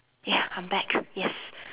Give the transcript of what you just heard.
ya I'm back yes